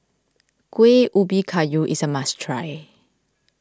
Kuih Ubi Kayu is a must try